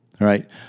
right